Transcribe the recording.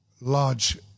large